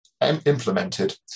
implemented